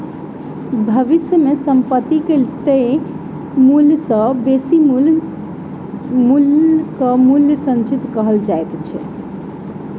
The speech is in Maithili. भविष्य मे संपत्ति के तय मूल्य सॅ बेसी मूल्यक मूल्य संचय कहल जाइत अछि